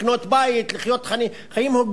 לקנות בית לחיות חיים הוגנים,